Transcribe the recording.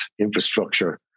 infrastructure